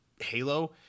halo